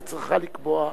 את זה צריכה לקבוע מערכת.